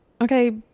okay